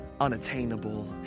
unattainable